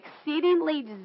exceedingly